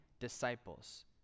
disciples